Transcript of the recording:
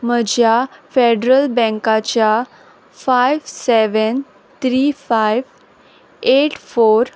म्हज्या फेडरल बँकाच्या five seven three five eight four